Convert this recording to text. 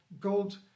gold